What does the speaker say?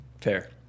Fair